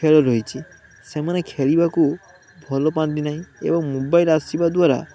ଖେଳ ରହିଛି ସେମାନେ ଖେଳିବାକୁ ଭଲ ପାଆନ୍ତି ନାହିଁ ଏବଂ ମୋବାଇଲ୍ ଆସିବା ଦ୍ୱାରା